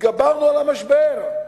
התגברנו על המשבר.